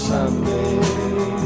Sunday